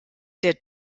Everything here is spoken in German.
der